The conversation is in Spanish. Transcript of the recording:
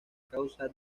causa